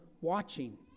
watching